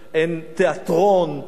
הן תיאטרון,